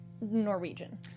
Norwegian